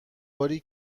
باری